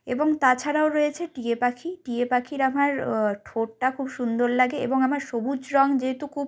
এবং তাছাড়াও রয়েছে টিয়ে পাখি টিয়ে পাখির আমার ঠোঁটটা খুব সুন্দর লাগে এবং আমার সবুজ রঙ যেহেতু খুব